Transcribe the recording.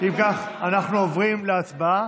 אם כך, אנחנו עוברים להצבעה.